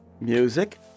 music